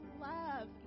love